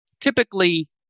typically